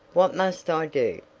what must i do?